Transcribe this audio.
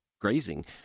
grazing